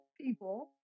people